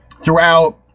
throughout